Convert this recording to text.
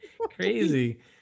Crazy